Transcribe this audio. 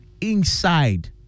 inside